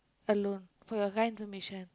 alone for your kind information